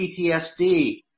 PTSD